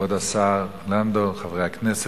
כבוד השר לנדאו, חברי הכנסת,